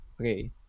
Okay